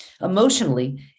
Emotionally